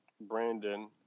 Brandon